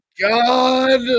God